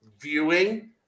viewing